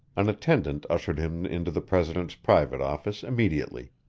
an attendant ushered him into the president's private office immediately.